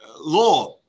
law